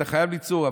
אתה חייב ליצור.